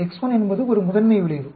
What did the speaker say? x1 என்பது ஒரு முதன்மை விளைவு